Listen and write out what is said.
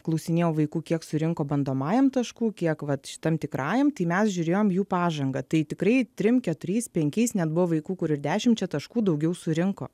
klausinėjau vaikų kiek surinko bandomajam taškų kiek vat šitam tikrajam tai mes žiūrėjom jų pažangą tai tikrai trim keturiais penkiais net buvo vaikų kur ir dešimčia taškų daugiau surinko